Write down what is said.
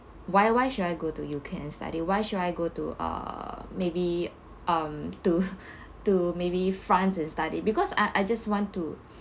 why why should I go to you U_K and study why should I go to err maybe um to to maybe france and study because I I just want to